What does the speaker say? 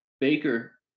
Baker